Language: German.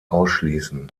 ausschließen